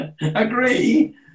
agree